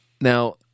Now